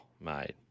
mate